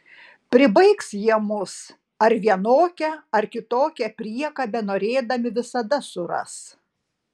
pribaigs jie mus ar vienokią ar kitokią priekabę norėdami visada suras